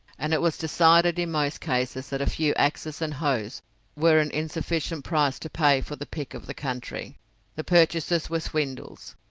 and it was decided in most cases that a few axes and hoes were an insufficient price to pay for the pick of the country the purchases were swindles.